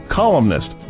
columnist